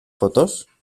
fotos